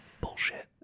Bullshit